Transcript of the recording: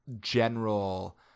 general